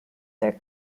their